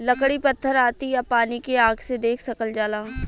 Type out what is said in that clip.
लकड़ी पत्थर आती आ पानी के आँख से देख सकल जाला